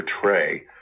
portray